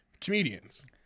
comedians